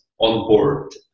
onboard